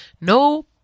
No